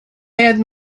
had